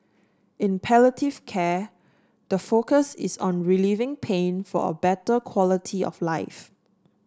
in palliative care the focus is on relieving pain for a better quality of life